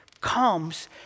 comes